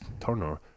turner